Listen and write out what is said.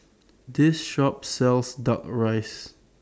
This Shop sells Duck Rice